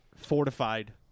Fortified